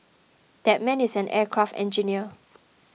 that man is an aircraft engineer